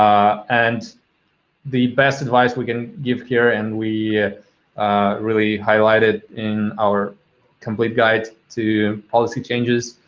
um and the best advice we can give here, and we really highlighted in our complete guide to policy changes.